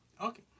Okay